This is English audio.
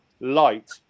light